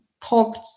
talked